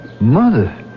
Mother